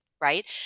right